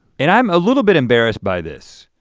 and i'm a little bit embarrassed by this.